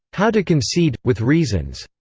how to concede, with reasons?